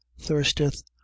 thirsteth